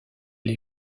les